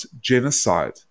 genocide